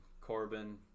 Corbin